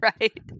Right